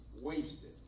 wasted